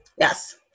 Yes